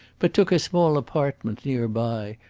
but took a small appartement near by,